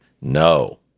No